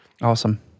Awesome